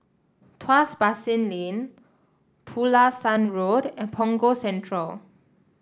Tuas Basin Lane Pulasan Road and Punggol Central